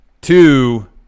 Two